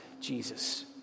Jesus